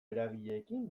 eragileekin